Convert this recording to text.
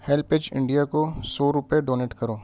heel پیچ India کو سو روپئے ڈونیٹ کرو